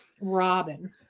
Robin